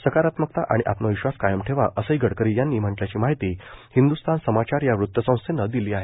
सकारात्मकता आणि आत्मविश्वास कायम ठेवा असंही गडकरी यांनी म्हटल्याची माहिती हिंद्रस्थान समाचार या वृत्तसंस्थेनं दिली आहे